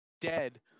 dead